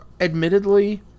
admittedly